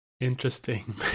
Interesting